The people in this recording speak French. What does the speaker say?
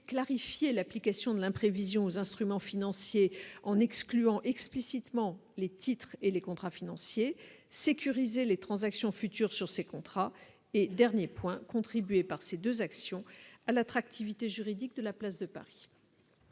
clarifier l'application de l'imprévision aux instruments financiers en excluant explicitement les titres et les contrats financiers, sécuriser les transactions futures sur ces contrats, et dernier point contribué par ces 2 actions à l'attractivité juridique de la place de Paris.